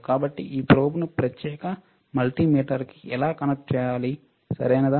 కాబట్టి ఈ ప్రోబ్ను ప్రత్యేక మల్టీమీటర్కి ఎలా కనెక్ట్ చేయాలి సరియైనదా